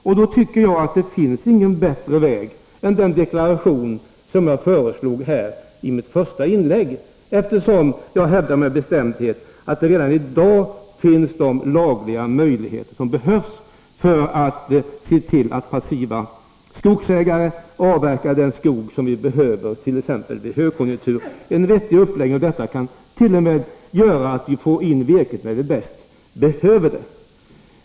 Jag tycker att det inte finns någon bättre väg än att göra den deklaration som jag föreslog i mitt första inlägg, eftersom det — jag hävdar detta med bestämdhet — redan i dag finns de lagliga möjligheter som behövs för att se till att passiva skogsägare avverkar den skog som vi behöver t.ex. vid en högkonjunktur. En vettig uppläggning kan t.o.m. göra att vi får in virket där vi bäst behöver det.